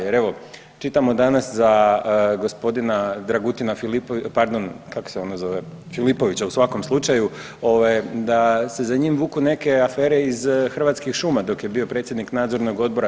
Jer evo čitamo danas za gospodina Dragutina Filipovića, pardon kako se ono ove Filipovića u svakom slučaju, da se za njim vuku neke afere iz Hrvatskih šuma dok je bio predsjednik Nadzornog odbora.